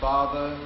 Father